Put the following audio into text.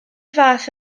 fath